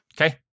Okay